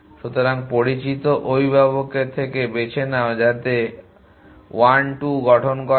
সুতরাং পরিচিত অভিভাবকের থেকে বেছে নাও যাতে 1 2 গঠন করা হয়